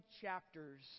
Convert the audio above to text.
chapters